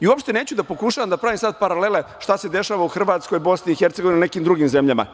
Uopšte neću da pokušavam da pravim sad paralele šta se dešava u Hrvatskoj, BiH ili nekim drugim zemljama.